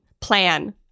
plan